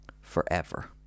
forever